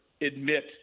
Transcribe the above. admit